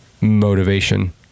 motivation